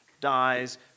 dies